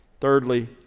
Thirdly